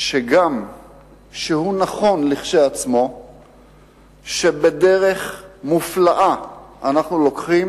שגם כשלעצמו הוא נכון, בדרך מופלאה אנחנו לוקחים